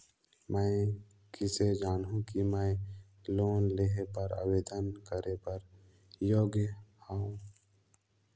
मैं किसे जानहूं कि मैं लोन लेहे बर आवेदन करे बर योग्य हंव?